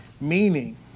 meaning